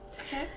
Okay